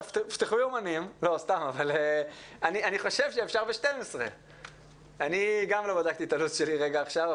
אני חושב שאפשר בשעה 12:00. גם אני לא בדקתי את הלו"ז שלי עכשיו,